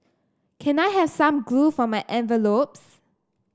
can I have some glue for my envelopes